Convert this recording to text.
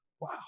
Wow